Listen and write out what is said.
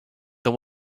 what